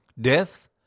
death